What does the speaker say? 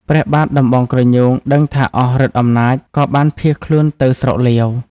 ព្រះបាទដំបងក្រញូងដឹងថាអស់ឫទ្ធិអំណាច ក៏បានភៀសខ្លួនទៅស្រុកលាវ ។